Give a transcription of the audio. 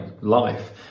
life